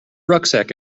rucksack